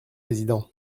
président